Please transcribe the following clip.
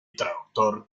traductor